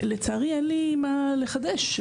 לצערי, אין לי מה לחדש.